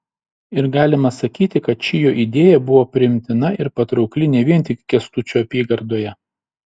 ir galima sakyti kad ši jo idėja buvo priimtina ir patraukli ne vien tik kęstučio apygardoje